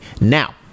now